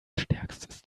stärkstes